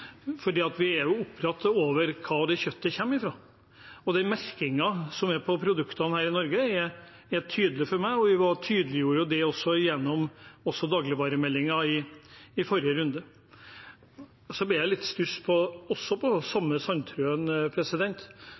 Vi er opptatt av hvor kjøttet kommer fra. Den merkingen som er på produktene her i Norge, er tydelig for meg, og vi tydeliggjorde det også gjennom dagligvaremeldingen i forrige runde. Så blir jeg litt i stuss over den samme Sandtrøen.